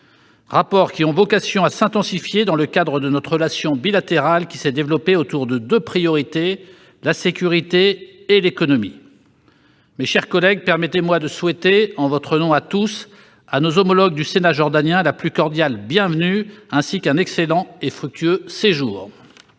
rapports ont vocation à s'intensifier dans le cadre de notre relation bilatérale qui s'est développée autour de deux priorités : la sécurité et l'économie. Mes chers collègues, permettez-moi de souhaiter, en votre nom à tous, à nos homologues du Sénat jordanien la plus cordiale bienvenue, ainsi qu'un excellent et fructueux séjour.